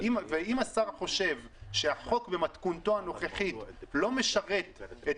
אם השר חושב שהחוק במתכונתו הנוכחית לא משרת את